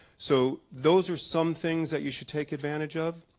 so those are some things that you should take advantage of.